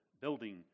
building